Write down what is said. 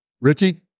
Richie